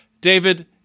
David